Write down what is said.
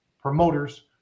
promoters